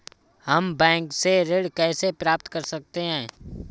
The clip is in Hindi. हम बैंक से ऋण कैसे प्राप्त कर सकते हैं?